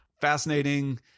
fascinating